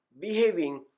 behaving